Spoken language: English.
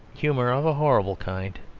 humour of a horrible kind,